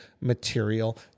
material